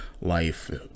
life